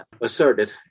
asserted